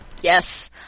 Yes